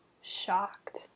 shocked